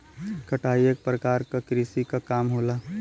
कटाई एक परकार क कृषि क काम होला